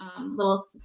little